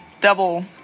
double